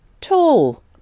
tall